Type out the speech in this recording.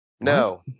No